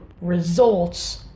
results